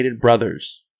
brothers